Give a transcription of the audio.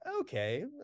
okay